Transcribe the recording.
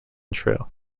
trail